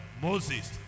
Moses